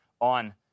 on